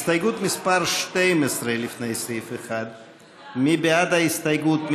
הסתייגות מס' 12, לפני סעיף 1. מי בעד ההסתייגות?